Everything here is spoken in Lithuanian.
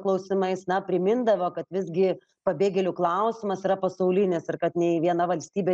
klausimais na primindavo kad visgi pabėgėlių klausimas yra pasaulinis ir kad nei viena valstybė